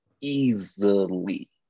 easily